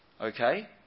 Okay